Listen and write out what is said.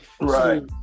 Right